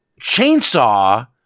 chainsaw